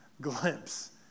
glimpse